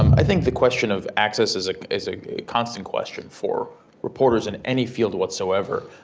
i think the question of access is is a constant question for reporters in any field whatsoever.